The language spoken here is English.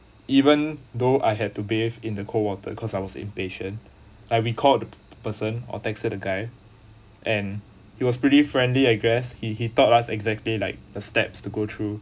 even though I had to bathe in the cold water cause I was impatient I recalled person or texted the guy and he was pretty friendly I guess he he taught us exactly like the steps to go through